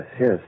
yes